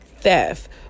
theft